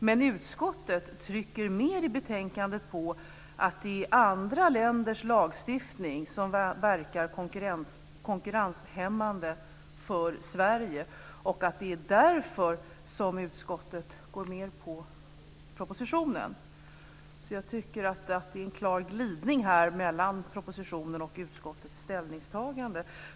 Men utskottet trycker i betänkandet mer på att det är andra länders lagstiftning som verkar konkurrenshämmande för Sverige och att det är därför som utskottet går med på propositionen. Jag tycker att det är en klar glidning mellan propositionen och utskottets ställningstagande.